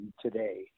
today